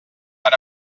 per